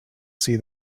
see